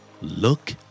Look